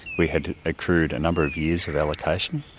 we had accrued a number of years of allocation,